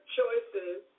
choices